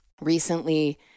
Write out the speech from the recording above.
recently